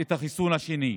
את החיסון השני.